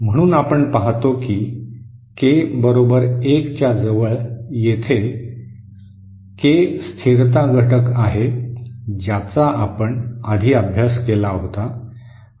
म्हणून आपण पाहतो की के बरोबर 1 च्या जवळ येथे ही के स्थिरता घटक आहे ज्याचा आपण आधी अभ्यास केला होता